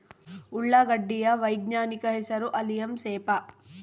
ಉಳ್ಳಾಗಡ್ಡಿ ಯ ವೈಜ್ಞಾನಿಕ ಹೆಸರು ಅಲಿಯಂ ಸೆಪಾ